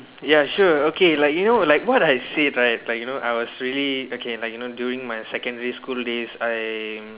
ya sure okay like you know like what I said right like you know I was really okay like you know during my secondary school days I'm